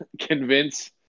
convince